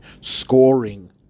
scoring